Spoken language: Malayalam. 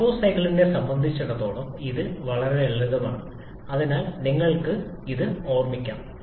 ഓട്ടോ സൈക്കിളിനെ സംബന്ധിച്ചിടത്തോളം ഇത് വളരെ ലളിതമാണ് അതിനാൽ നിങ്ങൾക്ക് ഇത് ഓർമിക്കാം